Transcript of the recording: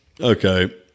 Okay